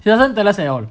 it doesn't tell us at all